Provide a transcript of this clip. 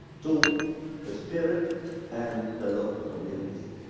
to the spirit and the local community,